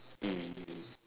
mm